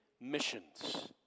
missions